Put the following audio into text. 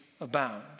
abound